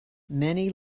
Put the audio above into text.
many